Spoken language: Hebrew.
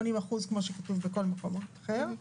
שכתוב בכל מקום אחר.